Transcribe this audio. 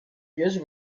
wierzy